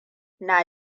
na